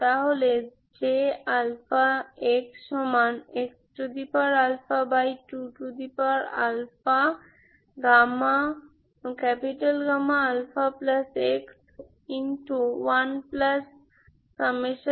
তাহলে J x2α1 1m1 1mx2m22mm